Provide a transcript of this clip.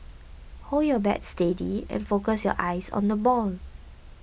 hold your bat steady and focus your eyes on the ball